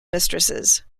mistresses